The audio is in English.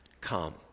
come